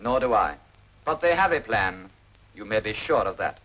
nor do i but they have a plan you may be short of that